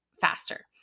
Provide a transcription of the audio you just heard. faster